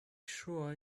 sure